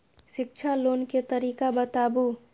शिक्षा लोन के तरीका बताबू?